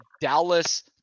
Dallas